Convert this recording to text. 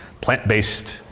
plant-based